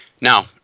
now